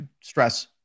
stress